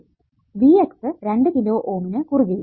v x 2 kilo ഓമിന് കുറുകെയും